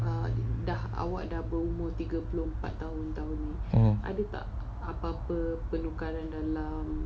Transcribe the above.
um